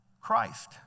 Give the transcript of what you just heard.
Christ